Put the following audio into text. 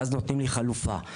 ואז נותנים לי חלופה.